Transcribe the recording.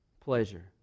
pleasure